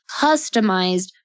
customized